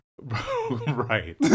Right